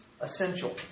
essential